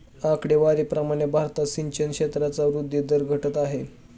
आकडेवारी प्रमाणे भारतात सिंचन क्षेत्राचा वृद्धी दर घटत आहे